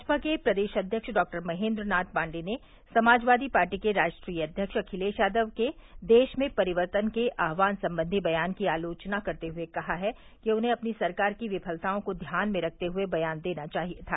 भाजपा के प्रदेश अध्यक्ष डॉक्टर महेन्द्रनाथ पाण्डेय ने समाजवादी पार्टी के राष्ट्रीय अध्यक्ष अखिलेश यादव के देश में परिवर्तन के आह्वान संबंधी बयान की आलोचना करते हुए कहा है कि उन्हें अपनी सरकार की विफलताओं को ध्यान में रखते हुए बयान देना चाहिए था